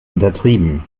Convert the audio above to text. untertrieben